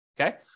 Okay